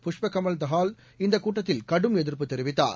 புஷ்பகமால் தஹால் இந்தக் கூட்டத்தில் கடும் எதிர்ப்பு தெரிவித்தார்